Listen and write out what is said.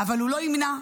הוא לא ימנע,